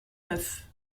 neuf